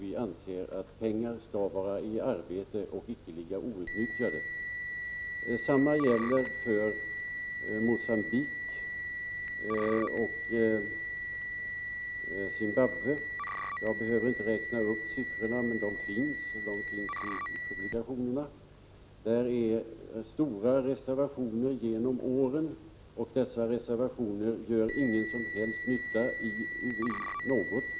Vi anser att pengar skall vara i arbete och icke ligga outnyttjade. Detsamma gäller Mogambique och Zimbabwe. Jag behöver inte nämna summorna, men de finns i publikationerna. Det är stora reservationer genom åren, och de gör ingen som helst nytta i något u-land.